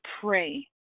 pray